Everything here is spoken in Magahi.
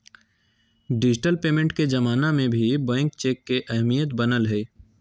डिजिटल पेमेंट के जमाना में भी बैंक चेक के अहमियत बनल हइ